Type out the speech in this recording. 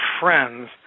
friends